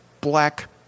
black